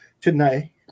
tonight